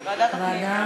ועדה.